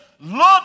look